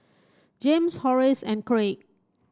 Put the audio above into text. James Horace and Craig